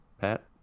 pat